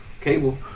Cable